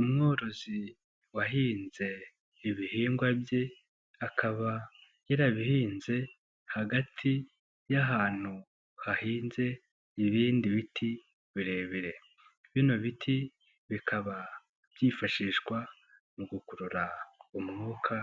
Umworozi wahinze ibihingwa bye akaba yarabihinze hagati y'ahantu hahinze ibindi biti birebire, bino biti bikaba byifashishwa mu gukurura umwuka